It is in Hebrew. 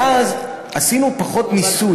ואז עשינו פחות ניסוי.